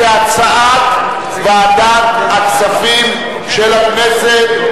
כהצעת ועדת הכספים של הכנסת.